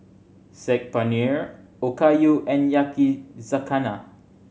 Saag Paneer Okayu and Yakizakana